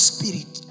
Spirit